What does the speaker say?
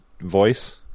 voice